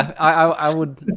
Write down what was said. i would